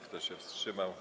Kto się wstrzymał?